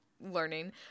learning